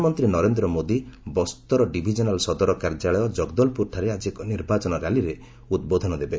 ପ୍ରଧାନମନ୍ତ୍ରୀ ନରେନ୍ଦ୍ର ମୋଦି ବସ୍ତର ଡିଭିଜନାଲ୍ ସଦର କାର୍ଯ୍ୟାଳୟ ଜଗଦଳପୁରଠାରେ ଆକି ଏକ ନିର୍ବାଚନ ର୍ୟାଲିରେ ଉଦ୍ବୋଧନ ଦେବେ